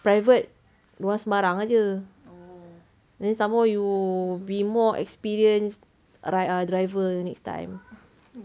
private dia orang sembarang jer then some more you will be more experienced arri~ ah driver next time